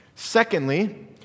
Secondly